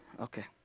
Okay